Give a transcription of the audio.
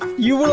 you